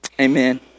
Amen